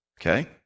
okay